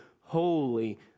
holy